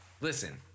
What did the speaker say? Listen